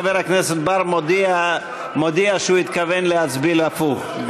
חבר הכנסת בר מודיע שהוא התכוון להצביע הפוך.